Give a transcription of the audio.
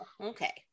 okay